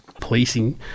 Policing